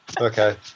Okay